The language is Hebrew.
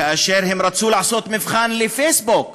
כאשר הם רצו לעשות מבחן לפייסבוק,